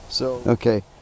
okay